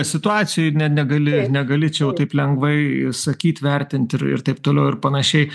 situacijoj ne negali negali čia jau taip lengvai sakyt vertint ir ir taip toliau ir panašiai